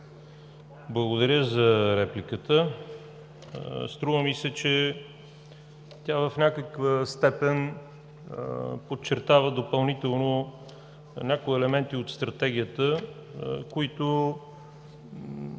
благодаря за репликата. Струва ми се, че тя в някаква степен подчертава допълнително някои елементи от Стратегията, които